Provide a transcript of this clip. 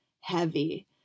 heavy